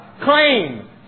claim